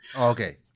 Okay